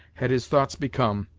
had his thoughts become,